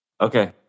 Okay